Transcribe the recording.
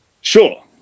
Sure